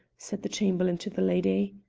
said the chamberlain to the lady.